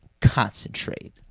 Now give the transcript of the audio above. concentrate